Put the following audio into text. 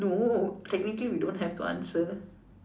no technically we don't have to answer